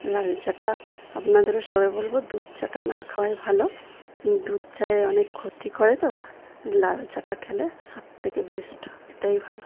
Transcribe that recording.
লাল চাটা আপনাদেরও সবে বলব দুধ চাটা না খাওয়াই ভালো দুধ চায়ে অনেক ক্ষতি করে তো লাল চাটা খেলে সবথেকে বেস্ট হবে এটাই ভালো